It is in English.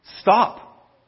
stop